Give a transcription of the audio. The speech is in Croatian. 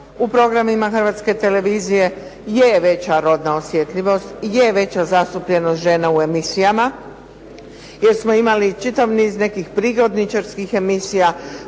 Hrvatske televizije